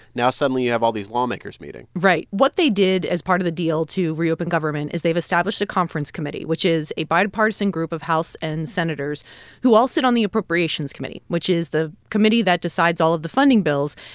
now, suddenly, you have all these lawmakers meeting right. what they did as part of the deal to reopen government is they've established a conference committee, which is a bipartisan group of house and senators who all sit on the appropriations committee, which is the committee that decides all of the funding bills.